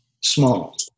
small